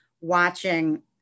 watching